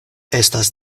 estas